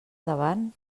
davant